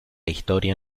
historia